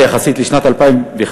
יחסית לשנת 2011,